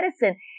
medicine